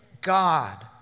God